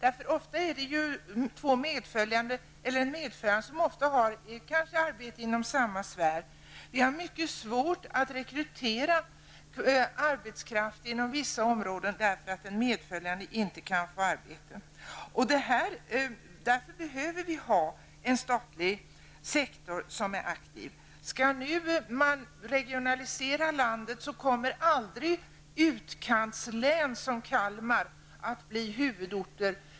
Vi har mycket svårt att rekrytera arbetskraft inom vissa områden på grund av att den medföljande inte kan få arbete. Ofta är det nämligen fråga om att en medföljande har arbete inom samma sfär. Vi behöver därför en statlig sektor som är aktiv. Om man nu skall regionalisera landet, kommer aldrig kommuner i utkantslän som Kalmar län att bli huvudorter.